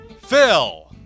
Phil